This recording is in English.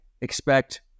expect